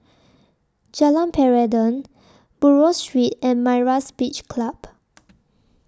Jalan Peradun Buroh Street and Myra's Beach Club